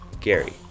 Gary